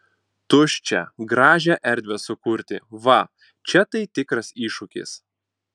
tuščią gražią erdvę sukurti va čia tai tikras iššūkis